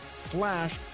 slash